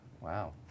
Wow